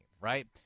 right